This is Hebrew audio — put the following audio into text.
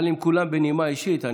אבל אם כולם בנימה אישית,